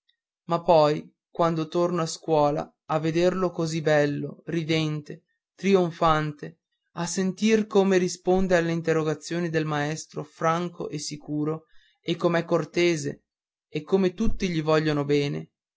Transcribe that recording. ma poi quando torno alla scuola a vederlo così bello ridente trionfante a sentir come risponde alle interrogazioni del maestro franco e sicuro e com'è cortese e come tutti gli voglion bene